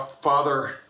Father